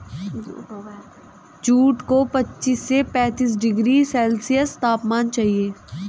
jute को पच्चीस से पैंतीस डिग्री सेल्सियस तापमान चाहिए